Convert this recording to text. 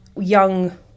young